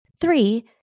Three